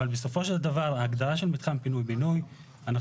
אבל בסופו של דבר ההגדרה של מתחם פינוי בינוי אנחנו